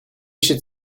should